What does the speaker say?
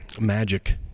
magic